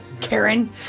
Karen